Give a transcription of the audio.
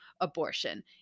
abortion